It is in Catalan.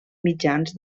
mitjans